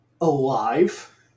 Alive